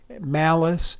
malice